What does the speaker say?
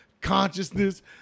Consciousness